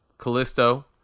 Callisto